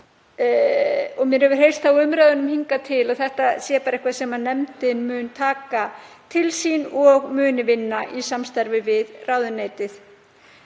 ná. Mér hefur heyrst á umræðunni hingað til að þetta sé eitthvað sem nefndin muni taka til sín og muni vinna í samstarfi við ráðuneytið.